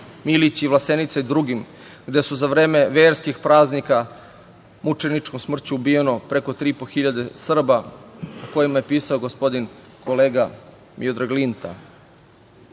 Milići, Vlasenica i drugim, gde je za vreme verskih praznika mučeničkom smrću ubijeno preko 3.000 Srba o kojima je pisao gospodin kolega Miodrag Linta. Naša